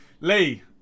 Lee